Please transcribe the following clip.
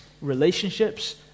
relationships